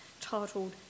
titled